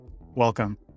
Welcome